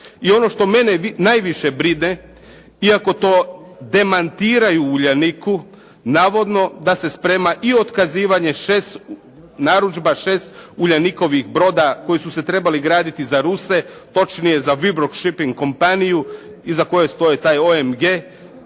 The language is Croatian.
I ono što mene najviše brine, iako to demantiraju u "Uljaniku", navodno da se sprema i otkazivanje narudžba 6 Uljanikovih broda koji su se trebali graditi za Ruse, točnije za "… shipping chompany" i za koje stoji taj OMG